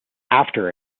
after